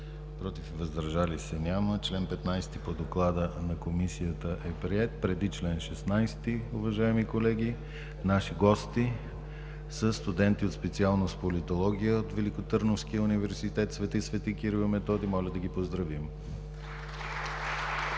против и въздържали се няма. Член 15 по доклада на Комисията е приет. Преди чл. 16 – уважаеми колеги, наши гости са студенти от специалност „Политология“ от Великотърновския университет „Св. св. Кирил и Методий“. Моля да ги поздравим.